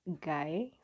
guy